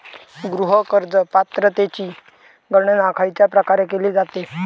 गृह कर्ज पात्रतेची गणना खयच्या प्रकारे केली जाते?